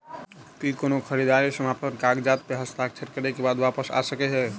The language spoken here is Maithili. की कोनो खरीददारी समापन कागजात प हस्ताक्षर करे केँ बाद वापस आ सकै है?